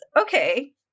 Okay